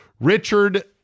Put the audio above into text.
Richard